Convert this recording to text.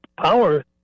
power